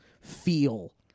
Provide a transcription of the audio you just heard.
feel